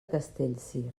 castellcir